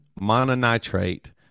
mononitrate